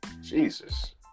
Jesus